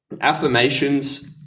affirmations